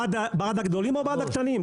בעד הגדולים או בעד הקטנים?